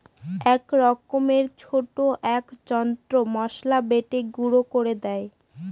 এক রকমের ছোট এক যন্ত্র মসলা বেটে গুঁড়ো করে দেয়